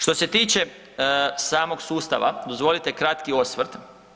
Što se tiče samog sustava dozvolite kratki osvrt.